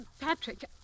Patrick